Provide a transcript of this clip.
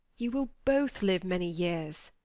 you will both live many years,